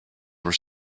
were